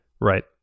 Right